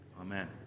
Amen